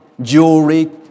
jewelry